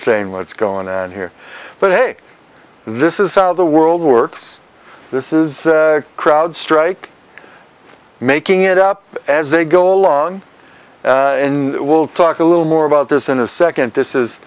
insane what's going on here but hey this is how the world works this is crowd strike making it up as they go along in will talk a little more about this in a second this is